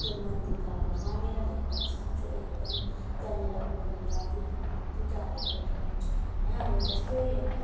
त्यो मन्दिरलाई अब मानेर ल्याएको साँचो एकदम त्यहाँनिर गएर तिनीहरूले पुजाहरू गर्ने गर्छ होइन अब जस्तो यो